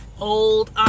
old